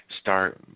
Start